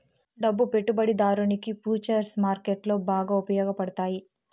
డబ్బు పెట్టుబడిదారునికి ఫుచర్స్ మార్కెట్లో బాగా ఉపయోగపడతాయి